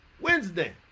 Wednesday